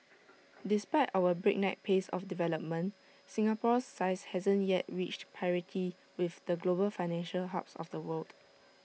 despite our breakneck pace of development Singapore's size hasn't yet reached parity with the global financial hubs of the world